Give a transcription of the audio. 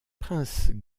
princes